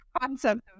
concept